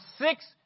six